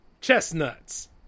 Chestnuts